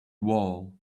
wall